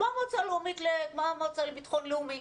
כמו המועצה לביטחון לאומי,